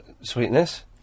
sweetness